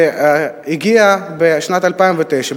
שהגיעה בשנת 2009,